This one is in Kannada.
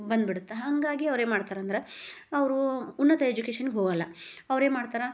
ಬಂದ್ಬಿಡುತ್ತೆ ಹಾಗಾಗಿ ಅವ್ರೇನು ಮಾಡ್ತಾರಂದ್ರೆ ಅವರು ಉನ್ನತ ಎಜುಕೇಷನ್ನಿಗೆ ಹೋಗಲ್ಲ ಅವ್ರೇನು ಮಾಡ್ತಾರೆ